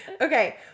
Okay